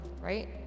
right